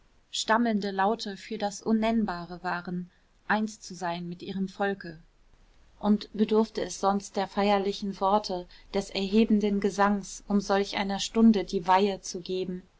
stammelnde laute für das unnennbare waren eins zu sein mit ihrem volke und bedurfte es sonst der feierlichen worte des erhebenden gesangs um solch einer stunde die weihe zu geben